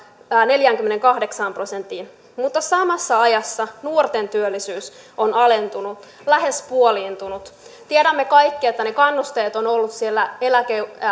neljäänkymmeneenkahdeksaan prosenttiin mutta samassa ajassa nuorten työllisyys on alentunut lähes puoliintunut tiedämme kaikki että ne kannusteet ovat olleet siellä